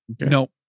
No